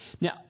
Now